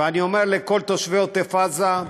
ואני אומר לכל תושבי עוטף עזה: